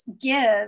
give